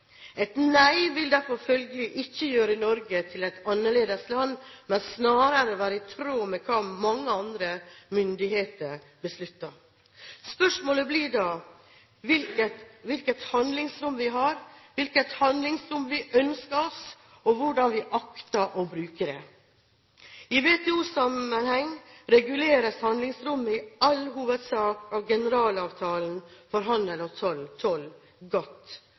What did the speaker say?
Et nei vil derfor følgelig ikke gjøre Norge til et annerledesland, men snarere være i tråd med hva mange andre myndigheter beslutter. Spørsmålet blir da hvilket handlingsrom vi har, hvilket handlingsrom vi ønsker oss, og hvordan vi akter å bruke det. I WTO-sammenhengen reguleres handlingsrommet i all hovedsak av Generalavtalen for toll og handel, GATT, og bestemmelsen i artikkel XI:1 om